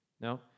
No